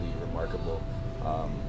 remarkable